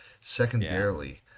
secondarily